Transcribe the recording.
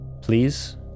Please